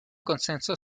consenso